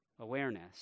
awareness